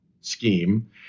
Scheme